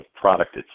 product